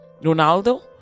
Ronaldo